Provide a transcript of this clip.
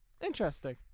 Interesting